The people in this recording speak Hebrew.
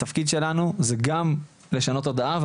התפקיד שלנו זה גם לשנות תודעה,